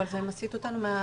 אבל זה מסיט אותנו מהדיון.